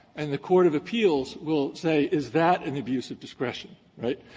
and the court of appeals will say, is that an abuse of discretion, right?